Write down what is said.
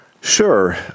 Sure